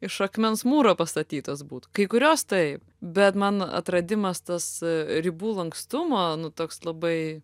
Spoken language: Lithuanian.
iš akmens mūro pastatytos būt kai kurios taip bet man atradimas tas ribų lankstumo nu toks labai